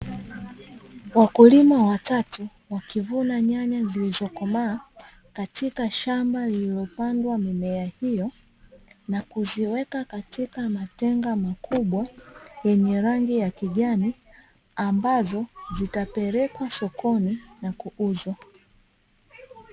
Wakulima watatu wakivuna nyanya zilizokomaa katika shamba, lililopandwa mimea hio na kuziweka katika matenga makubwa yenye rangi ya kijani ambazo zitapelekwa sokoni na kuuzwa.